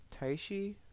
Taishi